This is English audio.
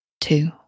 two